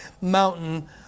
mountain